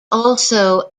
also